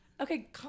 Okay